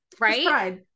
right